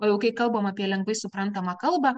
o kai kalbame apie lengvai suprantamą kalbą